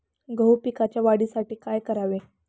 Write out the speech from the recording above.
गहू पिकाच्या वाढीसाठी काय करावे?